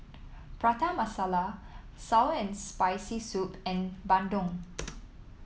Prata Masala sour and Spicy Soup and Bandung